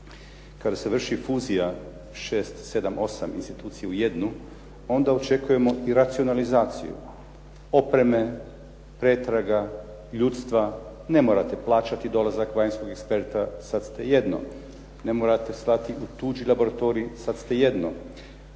Kada se vrši fuzija 6, 7, 8 institucije u jednu onda očekujemo i racionalizaciju opreme, pretraga, ljudstva, ne morate plaćati dolazak vanjskog eksperta, sada ste jedno. Ne morate stati u tuđi laboratorij sada ste jedno,